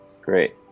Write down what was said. Great